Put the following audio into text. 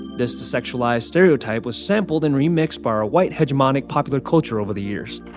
this sexualized stereotype was sampled and remixed by a white hegemonic popular culture over the years.